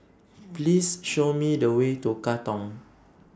Please Show Me The Way to Katong